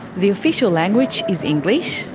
the official language is english,